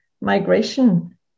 migration